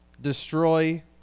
destroy